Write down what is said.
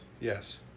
Yes